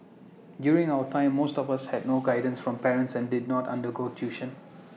during our time most of us had no guidance from parents and did not undergo tuition